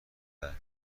تحویل